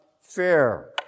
fair